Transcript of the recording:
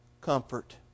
comfort